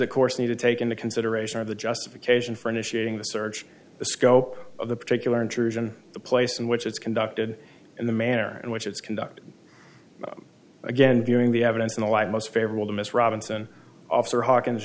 that course need to take into consideration or the justification for initiating the search the scope of the particular intrusion the place in which it's conducted in the manner in which it's conducted again viewing the evidence in the light most favorable to ms robinson officer hawkins